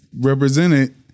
represented